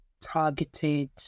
targeted